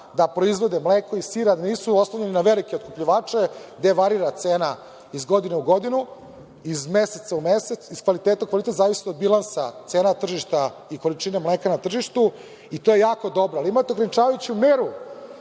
da proizvode mleko i sir, a nisu oslonjeni na velike otkupljivače gde varira cena iz godine u godinu, iz meseca u mesec, iz kvaliteta u kvalitet, zavisno od bilansa cena tržišta i količine mleka na tržištu i to je jako dobro. Imate ograničavajuću meru